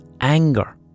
anger